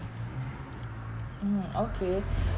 mm okay